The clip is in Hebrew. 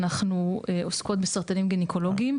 אנחנו עוסקות בסרטנים גניקולוגיים.